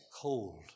cold